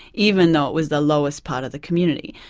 even though it was the lowest part of the community.